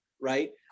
right